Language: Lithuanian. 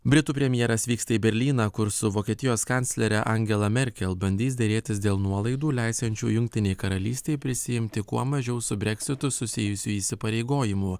britų premjeras vyksta į berlyną kur su vokietijos kanclere angela merkel bandys derėtis dėl nuolaidų leisiančių jungtinei karalystei prisiimti kuo mažiau su breksitu susijusių įsipareigojimų